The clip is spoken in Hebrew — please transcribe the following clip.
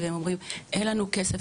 והם אומרים אין לנו כסף,